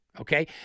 Okay